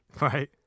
Right